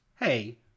Hey